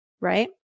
right